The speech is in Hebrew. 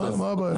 מה הבעיה?